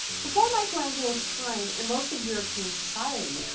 before michelangelo's time, in most of european society,